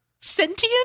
sentient